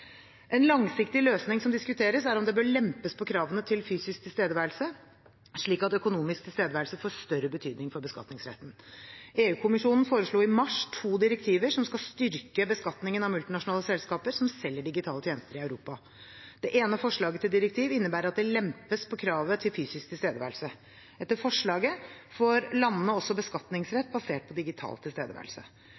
En langsiktig løsning som diskuteres, er om det bør lempes på kravene til fysisk tilstedeværelse, slik at økonomisk tilstedeværelse får større betydning for beskatningsretten. EU-kommisjonen foreslo i mars to direktiver som skal styrke beskatningen av multinasjonale selskaper som selger digitale tjenester i Europa. Det ene forslaget til direktiv innebærer at det lempes på kravet til fysisk tilstedeværelse. Etter forslaget får landene også